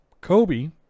Kobe